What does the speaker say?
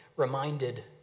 Reminded